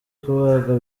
kubaga